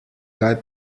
kaj